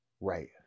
right